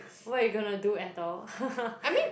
what you gonna do Ethel